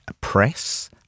press